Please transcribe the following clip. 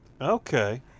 okay